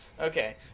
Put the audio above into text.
Okay